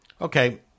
Okay